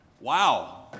wow